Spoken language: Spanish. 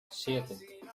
siete